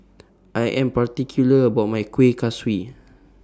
I Am particular about My Kueh Kaswi